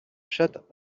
chatte